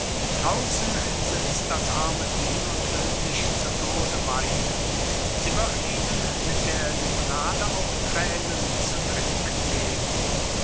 draußen sitzt das arme ding und will sich zu tod weinen sie wird ihnen mit der limonade auch thränen zu trinken geben